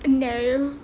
no